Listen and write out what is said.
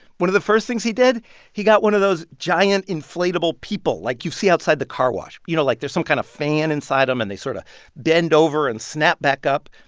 one of the first things he did he got one of those giant inflatable people like you see outside the carwash. you know, like there's some kind of fan inside them, and they sort of bend over and snap back up.